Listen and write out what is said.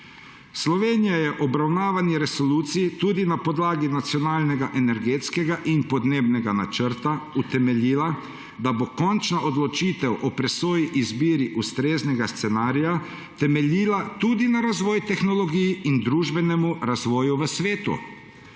Slovenija je na obravnavani resoluciji tudi na podlagi Nacionalnega energetskega in podnebnega načrta utemeljila, da bo končna odločitev o presoji, izbiri ustreznega scenarija temeljila tudi na razvoju tehnologij in družbenem razvoju v svetu,